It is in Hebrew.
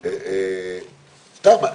ממחציתם,